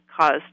caused